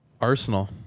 Arsenal